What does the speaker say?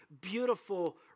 beautiful